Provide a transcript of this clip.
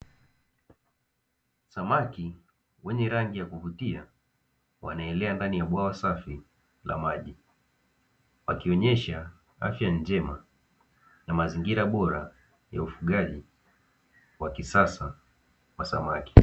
Samaki wenye rangi ya kuvutia wanaelea ndani ya bwawa safi la maji, wakionyesha afya njema na mazingira bora ya ufugaji wa kisasa wa samaki.